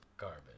Garbage